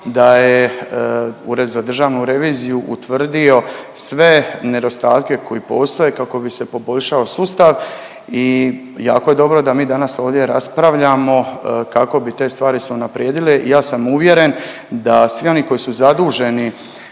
da je Ured za državnu reviziju utvrdio sve nedostatke koji postoje kako bi se poboljšao sustav i jako je dobro da mi danas ovdje raspravljamo kako bi te stvari se unaprijedile i ja sam uvjeren da svi oni koji su zaduženi